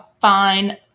fine